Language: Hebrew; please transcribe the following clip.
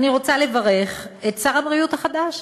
אני רוצה לברך את שר הבריאות החדש,